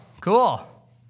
Cool